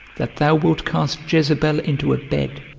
that thou wilt cast jezebel into a bed,